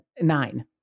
nine